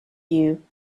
you